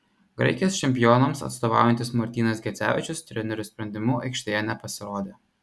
graikijos čempionams atstovaujantis martynas gecevičius trenerio sprendimu aikštėje nepasirodė